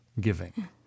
giving